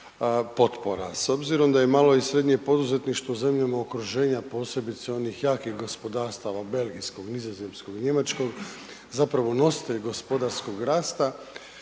potpora. S obzirom da je malo i srednje poduzetništvo u zemljama okruženja posebice onih jakih gospodarstava, belgijskog, nizozemskoj, njemačkog, zapravo nositelj gospodarskog rasta,